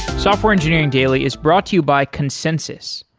software engineering daily is brought to you by consensys.